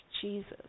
Jesus